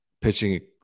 pitching